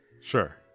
Sure